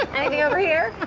any over here?